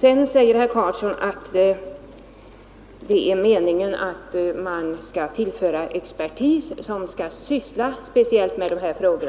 Herr Karlsson säger dessutom att det är meningen att de allmänna advokatbyråerna skulle tillföras expertis som skall syssla speciellt med dessa frågor.